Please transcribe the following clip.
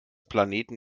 planeten